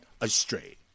astray